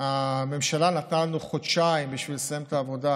הממשלה נתנה לנו חודשיים לסיים את העבודה,